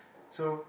so